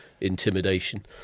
intimidation